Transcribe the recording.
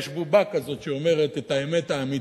יש בובה כזאת שאומרת את האמת האמיתית,